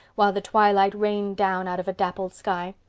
while the twilight rained down out of a dappled sky,